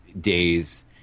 days